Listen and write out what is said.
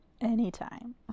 Anytime